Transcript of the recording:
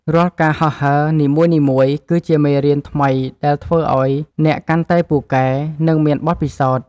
រាល់ការហោះហើរនីមួយៗគឺជាមេរៀនថ្មីដែលធ្វើឱ្យអ្នកកាន់តែពូកែ និងមានបទពិសោធន៍។